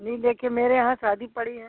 नहीं देखे मेरे यहाँ शादी पड़ी है